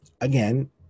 Again